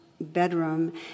Bedroom